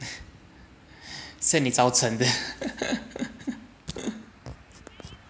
是你造成的